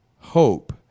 hope